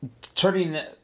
turning